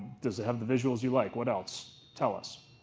does it have the visuals you like? what else? tell us.